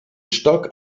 stock